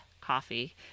coffee